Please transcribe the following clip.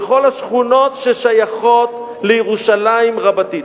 בכל השכונות ששייכות לירושלים רבתי.